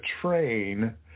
train